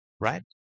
right